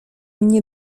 nie